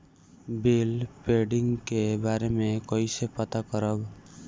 Bill pending के बारे में कईसे पता करब?